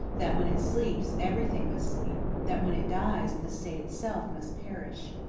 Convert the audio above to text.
that when it sleeps everything must sleep, that when it dies the state itself must perish.